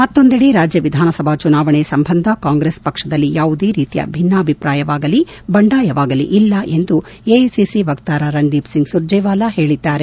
ಮತ್ತೊಂದೆಡೆ ರಾಜ್ಯ ವಿಧಾನಸಭಾ ಚುನಾವಣೆ ಸಂಬಂಧ ಕಾಂಗ್ರೆಸ್ ಪಕ್ಷದಲ್ಲಿ ಯಾವುದೇ ರೀತಿಯ ಭಿನ್ನಾಭಿಪ್ರಾಯವಾಗಲೀ ಬಂಡಾಯವಾಗಲಿ ಇಲ್ಲ ಎಂದು ಎಐಸಿಸಿ ವಕ್ತಾರ ರಣದೀಪ್ ಸಿಂಗ್ ಸುರ್ಜೆವಾಲ ಹೇಳಿದ್ದಾರೆ